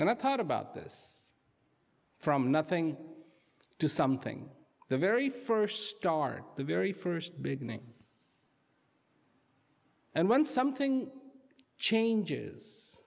and i thought about this from nothing to something the very first start the very first beginning and when something changes